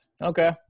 Okay